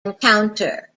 encounter